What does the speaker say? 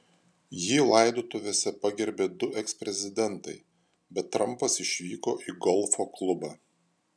jį laidotuvėse pagerbė du eksprezidentai bet trampas išvyko į golfo klubą